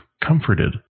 comforted